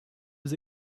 aux